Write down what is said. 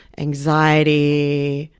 anxiety,